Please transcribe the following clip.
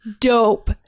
Dope